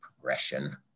progression